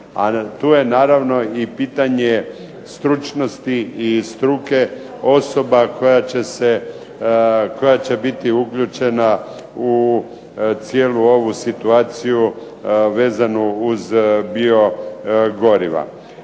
tu je naravno i pitanje stručnosti i struke osoba koja će biti uključena u cijelu ovu situaciju vezanu uz biogoriva.